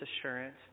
assurance